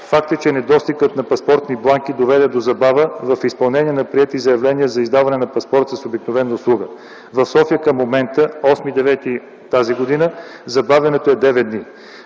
Факт е, че недостигът на паспортни бланки доведе до забава в изпълнение на приети заявления за издаване на паспорт с обикновена услуга. В София към момента, 8 септември т.г., забавянето е 9 дни.